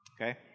okay